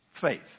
Faith